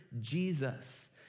Jesus